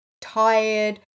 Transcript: tired